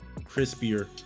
crispier